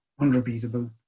unrepeatable